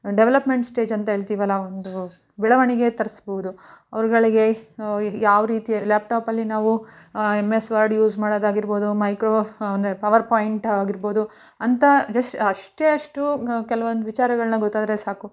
development ಸ್ಟೇಜಂತ ಹೇಳ್ತಿವಲ್ಲ ಆ ಒಂದು ಬೆಳವಣಿಗೆಯ ತರಿಸ್ಬೌದು ಅವರುಗಳಿಗೆ ಯಾವ ರೀತಿ ಲ್ಯಾಪ್ಟಾಪಲ್ಲಿ ನಾವು ಎಮ್ ಎಸ್ ವರ್ಡ್ ಯೂಸ್ ಮಾಡೊದಾಗಿರ್ಬೋದು ಮೈಕ್ರೋ ಅಂದರೆ ಪವರ್ ಪಾಯಿಂಟ್ ಆಗಿರ್ಬೋದು ಅಂತಹ ಜಸ್ಟ್ ಅಷ್ಟೇ ಅಷ್ಟು ಕೆಲವೊಂದು ವಿಚಾರಗಳನ್ನು ಗೊತ್ತಾದರೆ ಸಾಕು